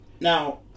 Now